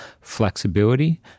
flexibility